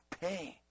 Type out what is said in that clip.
pain